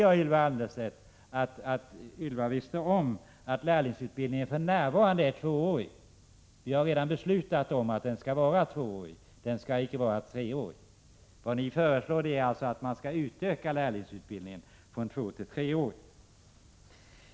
Jag trodde att Ylva Annerstedt visste om att lärlingsutbildningen för närvarande är tvåårig. Vi har redan beslutat att den skall vara tvåårig och icke treårig. Vad ni föreslår är alltså att man skall utöka lärlingsutbildningen från två till tre år.